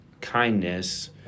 kindness